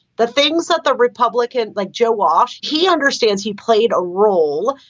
the things that the republicans like joe walsh, he understands he played a role.